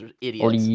idiots